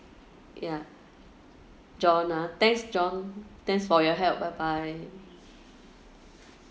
ya john ah thanks john thanks for your help bye bye